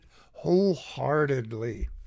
wholeheartedly